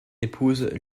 épouse